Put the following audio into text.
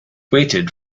waited